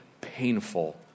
painful